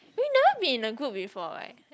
we've never been in a group before right